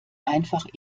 einfach